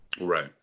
Right